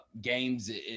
games